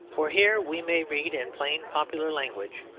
for here we may read in plain popular language,